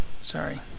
sorry